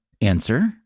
answer